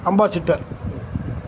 ambassador